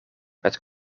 met